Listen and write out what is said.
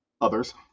others